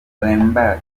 lambert